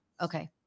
okay